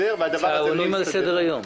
צהרונים על סדר היום.